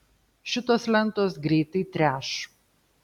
šitos lentos greitai treš